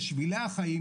בשבילי החיים,